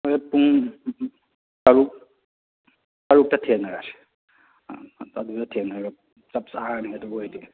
ꯍꯧꯔꯦꯟ ꯄꯨꯡ ꯇꯔꯨꯛ ꯇꯔꯨꯛꯇ ꯊꯦꯡꯅꯔꯁꯤ ꯑꯗꯨꯗ ꯊꯦꯡꯅꯔꯒ ꯆꯞ ꯆꯥꯔꯅꯤ ꯑꯗꯨ ꯑꯣꯏꯔꯗꯤ